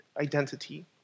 identity